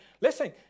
Listen